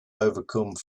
overcome